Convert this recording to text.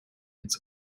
its